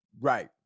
Right